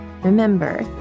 Remember